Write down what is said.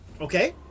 Okay